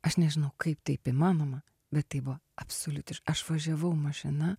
aš nežinau kaip taip įmanoma bet tai buvo absoliutiš aš važiavau mašina